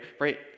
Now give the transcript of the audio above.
right